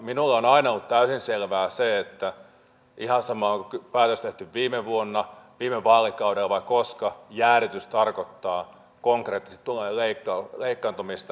minulle on aina ollut täysin selvää se että ihan sama onko päätös tehty viime vuonna viime vaalikaudella vai koska jäädytys tarkoittaa konkreettisesti tulojen leikkaantumista